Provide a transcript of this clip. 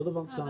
אותו הדבר כאן.